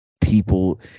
people